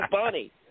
funny